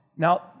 Now